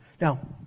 Now